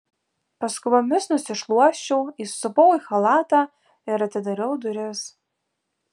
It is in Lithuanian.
paskubomis nusišluosčiau įsisupau į chalatą ir atidariau duris